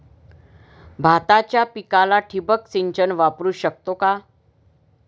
भाताच्या पिकाला ठिबक सिंचन वापरू शकतो का?